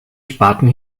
sparten